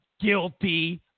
guilty